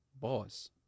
boss